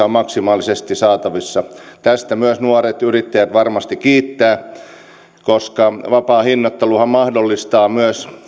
on maksimaalisesti saatavissa tästä myös nuoret yrittäjät varmasti kiittävät koska vapaa hinnoitteluhan mahdollistaa myös